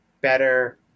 better